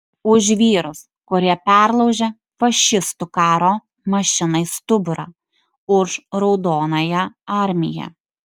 už vyrus kurie perlaužė fašistų karo mašinai stuburą už raudonąją armiją